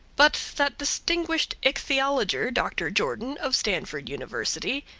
but that distinguished ichthyologer, dr. jordan, of stanford university,